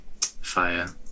fire